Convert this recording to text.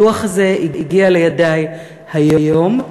הדוח הזה הגיע לידי היום.